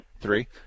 Three